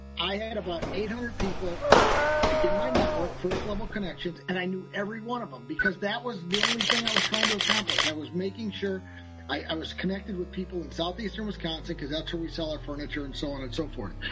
i had about eight hundred people in my network. first-level connections, and i get every one of them because that was the only thing i was trying to accomplish. i was making sure i was connected with people in southeastern wisconsin, because that's where we sell our furniture, and so on and so forth.